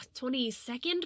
22nd